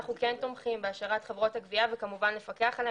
אנחנו תומכים בהשארת חברות הגבייה תחת פיקוח,